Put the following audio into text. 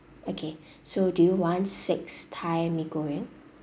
okay so do you want six thai mee goreng